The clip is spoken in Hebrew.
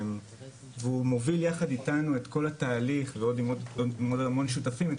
והוא מוביל יחד איתנו ועם עוד המון שותפים את